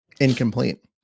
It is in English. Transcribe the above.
incomplete